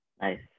Nice